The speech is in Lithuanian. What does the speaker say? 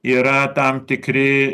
yra tam tikri